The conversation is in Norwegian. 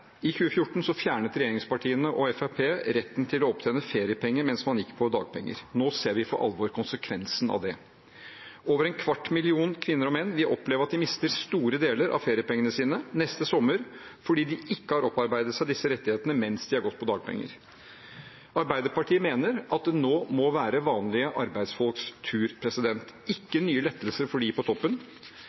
I 2014 fjernet regjeringspartiene og Fremskrittspartiet retten til å opptjene feriepenger mens man gikk på dagpenger. Nå ser vi for alvor konsekvensene av det. Over en kvart million kvinner og menn opplever at de mister store deler av feriepengene sine neste sommer fordi de ikke har opparbeidet seg disse rettighetene mens de har gått på dagpenger. Arbeiderpartiet mener at det nå må være vanlige arbeidsfolks tur – ikke nye lettelser for dem på toppen.